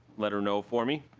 let her know for me.